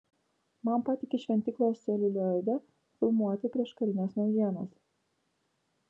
man patiki šventyklos celiulioide filmuoti prieškarines naujienas